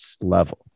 level